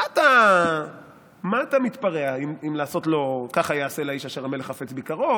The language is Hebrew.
מה אתה מתפרע עם לעשות לו "ככה יעשה לאיש אשר המלך חפץ ביקרו",